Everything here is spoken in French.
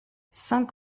cinq